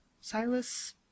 Silas